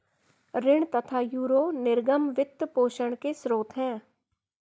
ऋण तथा यूरो निर्गम वित्त पोषण के स्रोत है